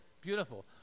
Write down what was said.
beautiful